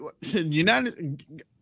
United